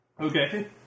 Okay